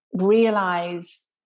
realize